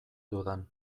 dudan